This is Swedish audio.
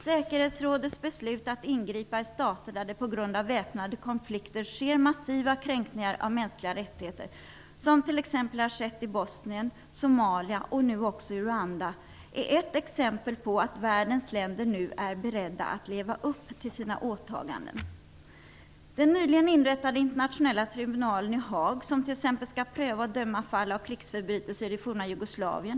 Säkerhetsrådets beslut att ingripa i stater där det på grund av väpnade konflikter sker massiva kränkningar av mänskliga rättigheter -- såsom nu har skett i Bosnien, Somalia och Rwanda -- är ett exempel på att världens länder nu är beredda att leva upp till sina åtaganden. Nyligen inrättades den internationella tribunalen i Haag, som bl.a. skall pröva och döma fall av krigsförbrytelser i det forna Jugoslavien.